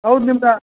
ಹೌದ್ ನಿಮ್ದು